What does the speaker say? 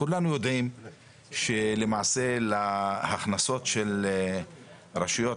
כולנו יודעים שלמעשה להכנסות של הרשויות